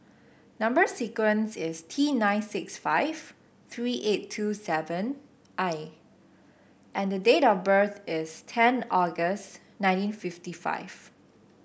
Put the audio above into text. number sequence is T nine six five three eight two seven I and the date of birth is ten August nineteen fifty five